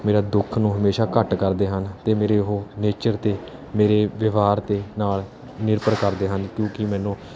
ਮੇਰਾ ਦੁੱਖ ਨੂੰ ਹਮੇਸ਼ਾ ਘੱਟ ਕਰਦੇ ਹਨ ਅਤੇ ਮੇਰੇ ਉਹ ਨੇਚਰ ਅਤੇ ਮੇਰੇ ਵਿਵਹਾਰ ਦੇ ਨਾਲ ਨਿਰਭਰ ਕਰਦੇ ਹਨ ਕਿਉਕਿ ਮੈਨੂੰ